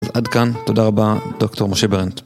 אז עד כאן, תודה רבה, דוקטור משה ברנט.